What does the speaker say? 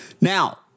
Now